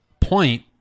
point